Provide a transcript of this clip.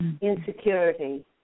insecurity